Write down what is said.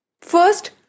First